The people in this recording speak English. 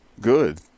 good